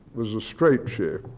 was a stretcher,